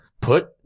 Put